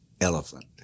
elephant